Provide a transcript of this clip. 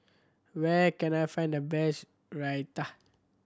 where can I find the best Raita